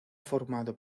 formado